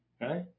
right